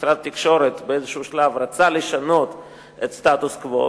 משרד התקשורת באיזשהו שלב רצה לשנות את הסטטוס-קוו,